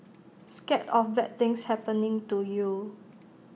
scared of bad things happening to you